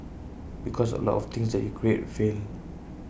because A lot of things that you create fail